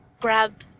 grab